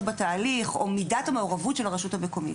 בתהליך או מידת המעורבות של הרשות המקומית.